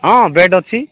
ହଁ ବେଡ୍ ଅଛି